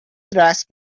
dressed